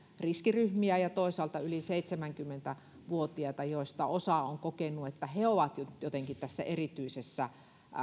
riskiryhmiä ja toisaalta yli seitsemänkymmentä vuotiaita joista osa on kokenut että he ovat jotenkin tässä erityisessä